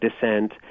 dissent